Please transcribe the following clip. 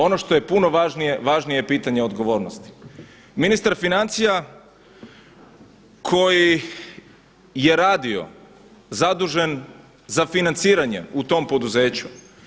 Ono što je puno važnije, važnije je pitanje odgovornosti, ministar financija koji je radio zadužen za financiranje u tom poduzeću.